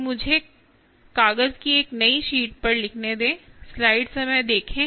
तो मुझे कागज की एक नई शीट पर लिखने दें